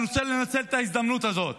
אני רוצה לנצל את ההזדמנות הזאת,